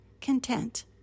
content